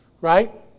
Right